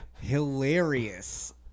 Hilarious